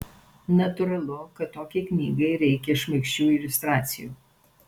natūralu kad tokiai knygai reikia šmaikščių iliustracijų